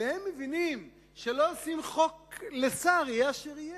והם מבינים שלא עושים חוק לשר, יהיה אשר יהיה.